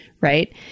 right